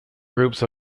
groups